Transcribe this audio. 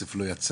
הכסף לא יצא,